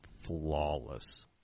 flawless